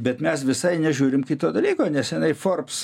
bet mes visai nežiūrim kito dalyko nesenai forbs